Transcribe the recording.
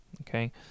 okay